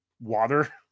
water